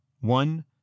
one